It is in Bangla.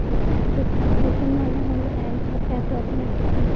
কুপন মানে হল এক রকমের টিকিট